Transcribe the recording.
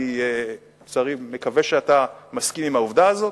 אני מקווה שאתה מסכים עם העובדה הזאת,